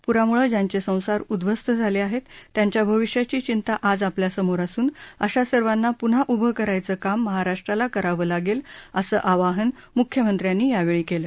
पुरामुळे ज्यांचे संसार उध्वस्त झाले आहेत त्यांच्या भविष्याची चिंता आज आपल्यासमोर असून अशा सर्वांना पून्हा उभं करायचं काम महाराष्ट्राला करावं लागेल असं आवाहन मृख्यमंत्र्यांनी योवळी केलं